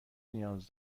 نیاز